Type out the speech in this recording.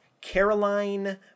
Caroline